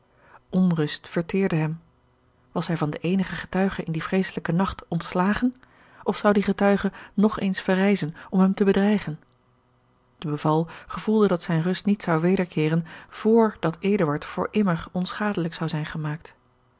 onrust verteerde hem was hij van den eenigen getuige in dien vreeselijken nacht ontslagen of zou die getuige nog eens verrijzen om hem te bedreigen de beval gevoelde dat zijne rust niet zou wederkeeren vr dat eduard voor immer onschadelijk zou zijn gemaakt